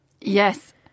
Yes